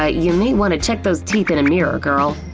ah you may want to check those teeth in a mirror, girl.